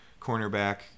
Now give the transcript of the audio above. cornerback